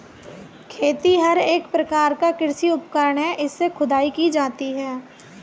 खेतिहर एक प्रकार का कृषि उपकरण है इससे खुदाई की जाती है